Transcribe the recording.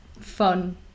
fun